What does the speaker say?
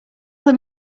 them